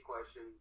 question